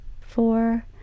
four